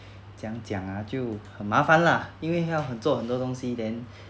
怎样讲 ah 就很麻烦 lah 因为要很做很多东西 then